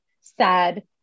sad